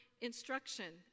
instruction